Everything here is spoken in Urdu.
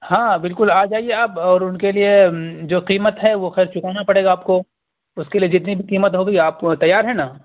ہاں بالکل آ جائیے اب اور ان کے لیے جو قیمت ہے وہ خیر چکانا پڑے گا آپ کو اس کے لیے جتنی بھی قیمت ہوگی آپ تیار ہیں نا